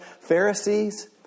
Pharisees